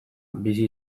bizi